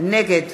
נגד